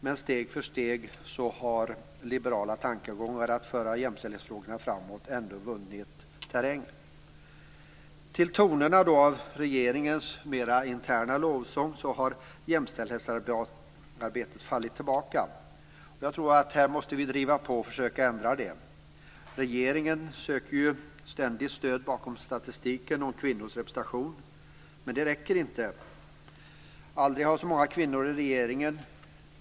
Men steg för steg har liberala tankegångar om att föra jämställdhetsfrågorna framåt ändå vunnit terräng. Till tonerna av regeringens mer interna lovsång har jämställdhetsarbetet fallit tillbaka. Jag tror att vi här måste driva på för att försöka ändra på detta. Regeringen söker ju ständigt stöd i statistiken om kvinnors representation. Men det räcker inte. Aldrig har det varit så många kvinnor i regeringen.